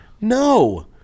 No